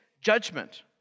Judgment